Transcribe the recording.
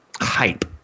hype